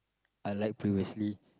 I like previously